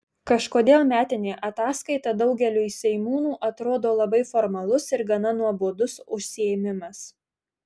kažkodėl metinė ataskaita daugeliui seimūnų atrodo labai formalus ir gana nuobodus užsiėmimas